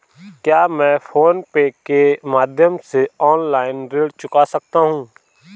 क्या मैं PhonePe के माध्यम से ऑनलाइन ऋण चुका सकता हूँ?